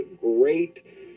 great